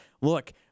look